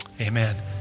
Amen